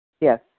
Yes